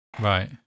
Right